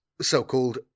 so-called